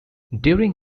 during